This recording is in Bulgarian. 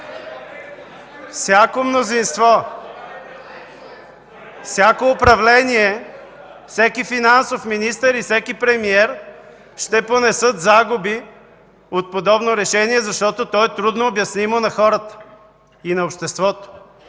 Всяко мнозинство, всяко управление, всеки финансов министър и всеки премиер ще понесат загуби от подобно решение, защото то е трудно обяснимо за хората и за обществото.